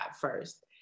first